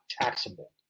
taxable